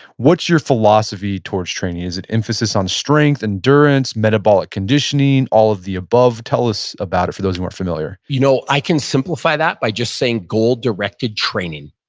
what's your philosophy towards training? is it emphasis on strength, endurance, metabolic conditioning, all of the above? tell us about it, for those who aren't familiar you know, i can simplify that by just saying goal-directed training.